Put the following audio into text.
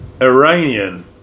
Iranian